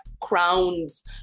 crowns